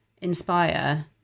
inspire